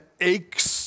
aches